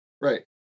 Right